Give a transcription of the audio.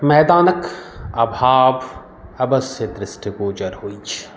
मैदानक आभाव अवश्य दृष्टिगोचर होइत अछि